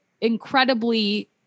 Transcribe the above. incredibly